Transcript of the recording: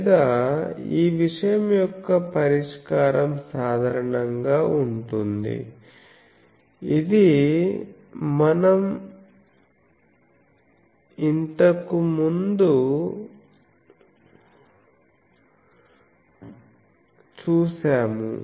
లేదా ఈ విషయం యొక్క పరిష్కారం సాధారణంగా ఉంటుంది ఇది మనం ఇంతకు ముందు చూశాము